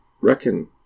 reckon